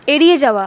এড়িয়ে যাওয়া